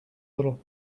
little